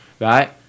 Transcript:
right